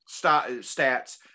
stats